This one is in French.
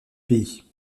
pays